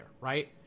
right